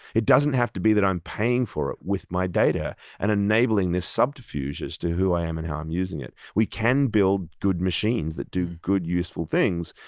it doesn't have to be that i'm paying for it with my data and enabling this subterfuge as to who i am and how i'm using it. we can build good machines that do good, useful things.